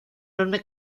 enorme